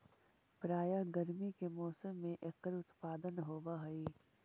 प्रायः गर्मी के मौसम में एकर उत्पादन होवअ हई